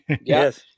yes